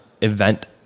event